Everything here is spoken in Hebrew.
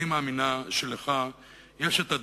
"אני מאמינה שיש לך דרך,